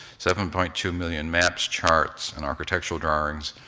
seven point two million maps, charts, and architectural drawings,